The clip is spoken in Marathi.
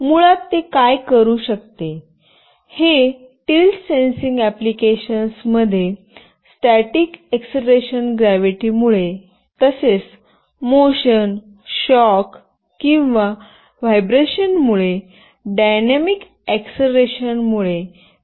मुळात ते काय करू शकते हे टिल्ट सेन्सिंग आप्लिकेशन्समध्ये स्टॅटिक एक्सलरेशन ग्रॅव्हिटीमुळे तसेच मोशन शॉक किंवा व्हायब्रेशनमुळे डायनॅमिक एक्सलरेशन मुळे मेजर करू शकतो